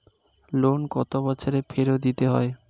Loan কত বছরে ফেরত দিতে হয়?